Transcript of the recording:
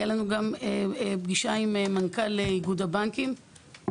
הייתה לנו גם פגישה עם מנכ"ל איגוד הבנקים,